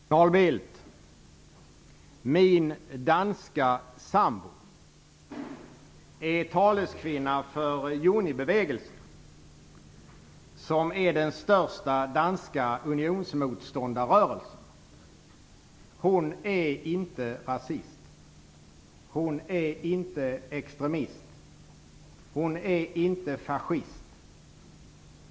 Fru talman! Carl Bildt! Min danska sambo är taleskvinna för UNI-bevegelsen som är den största danska unionsmotståndarrörelsen. Hon är inte rasist. Hon är inte extremist. Hon är inte fascist.